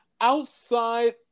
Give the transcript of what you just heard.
Outside